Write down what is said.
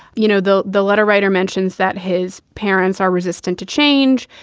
you know, though, the letter writer mentions that his parents are resistant to change,